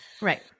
Right